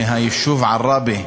מהיישוב עראבה,